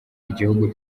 igihugu